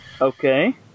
Okay